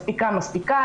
מספיקה מספיקה,